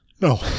No